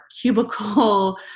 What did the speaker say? cubicle